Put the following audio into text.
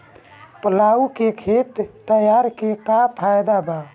Plough से खेत तैयारी के का फायदा बा?